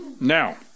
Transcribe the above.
Now